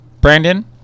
Brandon